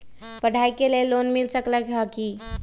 पढाई के लेल लोन मिल सकलई ह की?